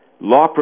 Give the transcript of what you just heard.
law